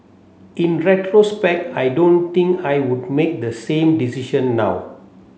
in retrospect I don't think I would make the same decision now